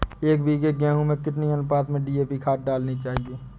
एक बीघे गेहूँ में कितनी अनुपात में डी.ए.पी खाद डालनी चाहिए?